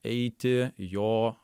eiti jo